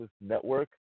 Network